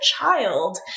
child